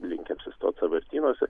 linkę apsistoti sąvartynuose